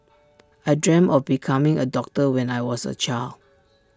I dreamt of becoming A doctor when I was A child